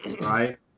right